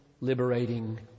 liberating